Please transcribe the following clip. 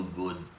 good